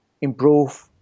improve